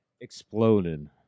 exploded